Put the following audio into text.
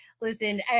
listen